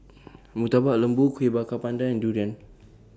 Murtabak Lembu Kueh Bakar Pandan and Durian